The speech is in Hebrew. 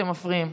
אתם מפריעים.